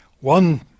one